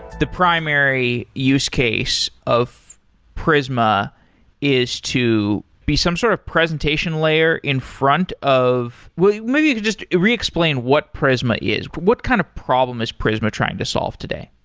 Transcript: the primary use case of prisma is to be some sort of presentation layer in front of maybe you could just re-explain what prisma is. what kind of problem is prisma trying to solve today?